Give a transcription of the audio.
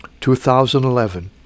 2011